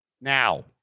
Now